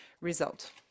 result